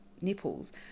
nipples